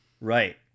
Right